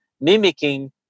Mimicking